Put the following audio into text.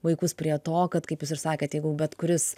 vaikus prie to kad kaip jūs ir sakėt jeigu bet kuris